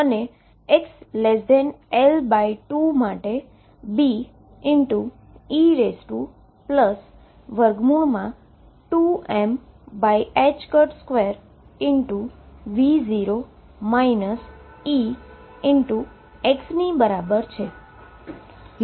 અને xL2 માટે Be2m2V0 Ex ની બરાબર છે